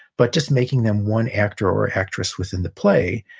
but just making them one actor or actress within the play.